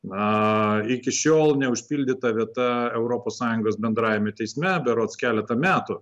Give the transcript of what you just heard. na iki šiol neužpildyta vieta europos sąjungos bendrajame teisme berods keletą metų